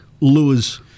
lures